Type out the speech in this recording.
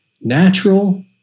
natural